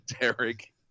Derek